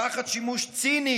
תחת שימוש ציני